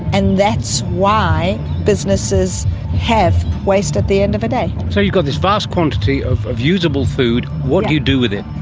and that's why businesses have waste at the end of the day. so you've got this vast quantity of of usable food. what do you do with it?